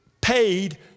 paid